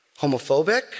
homophobic